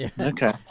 Okay